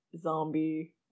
zombie